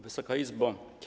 Wysoka Izbo!